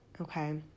okay